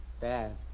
Dad